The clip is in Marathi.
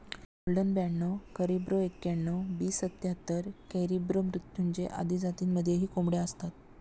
गोल्डन ब्याणव करिब्रो एक्याण्णण, बी सत्याहत्तर, कॅरिब्रो मृत्युंजय आदी जातींमध्येही कोंबड्या असतात